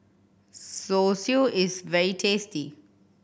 zosui is very tasty